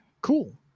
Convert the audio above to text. cool